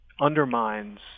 undermines